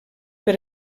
per